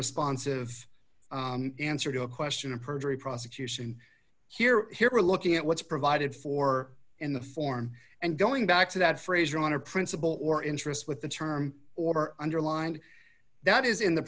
unresponsive answer to a question of perjury prosecution here here are looking at what's provided for in the form and going back to that phrase your honor principle or interest with the term or underlined that is in the